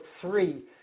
three